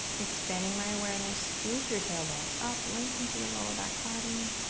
expanding my awareness. scoop your tailbone up, lengthen through the lower back body.